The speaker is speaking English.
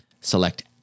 select